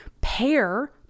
pair